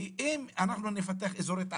כי אם אנחנו נפתח אזורי תעסוקה,